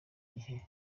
gihe